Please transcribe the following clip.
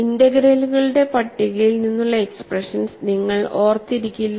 ഇന്റഗ്രലുകളുടെ പട്ടികയിൽ നിന്നുള്ള എക്സ്പ്രഷൻസ് നിങ്ങൾ ഓർത്തിരിക്കില്ല